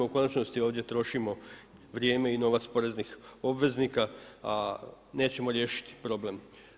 U konačnosti ovdje trošimo vrijeme i novac poreznih obveznika, a nećemo riješiti problem.